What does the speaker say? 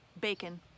Bacon